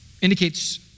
indicates